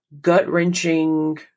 gut-wrenching